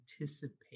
anticipate